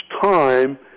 time